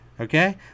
Okay